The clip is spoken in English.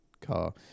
car